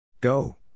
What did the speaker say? Go